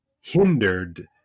hindered